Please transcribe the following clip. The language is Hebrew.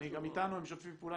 גם איתנו הם משתפים פעולה,